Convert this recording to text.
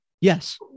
Yes